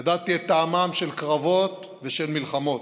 ידעתי את טעמם של קרבות ושל מלחמות.